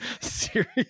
serious